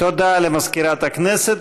תודה למזכירת הכנסת.